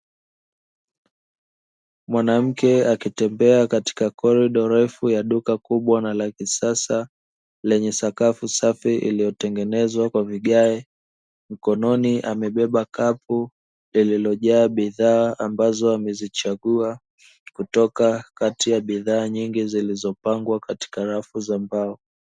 Mwanamke akitembea katika korido refu ya duka kubwa na la kisasa lenye sakafu safi iliyotengenezwa kwa vigae. Mkononi amebeba kapu lililojaa bidhaa ambazo amezichagua kutoka kati ya bidhaa nyingi zilizopangwa katika rafu za mbao.